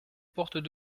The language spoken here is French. portes